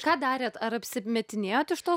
ką darėt ar apsimetinėjot iš to